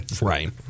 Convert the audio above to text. Right